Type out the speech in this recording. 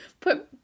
put